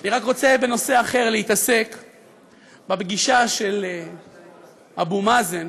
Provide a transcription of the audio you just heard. אני רק רוצה לעסוק בנושא אחר, בפגישה של אבו מאזן,